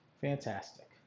Fantastic